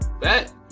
bet